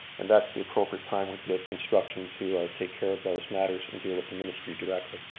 and that's the appropriate time would be at construction to take care of those matters and deal with the ministry directly.